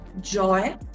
Joy